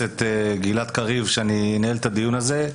ממני חבר הכנסת גלעד קריב שאני אנהל את הדיון הזה,